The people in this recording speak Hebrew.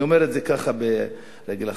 אני אומר את זה ככה על רגל אחת.